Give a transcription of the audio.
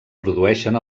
produeixen